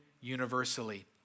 universally